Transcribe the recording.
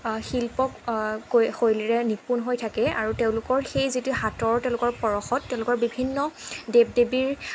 শিল্প শৈলীৰে নিপুন হৈ থাকে আৰু তেওঁলোকৰ সেই যিটো হাতৰ তেওঁলোকৰ পৰশত তেওঁলোকৰ বিভিন্ন দেৱ দেৱীৰ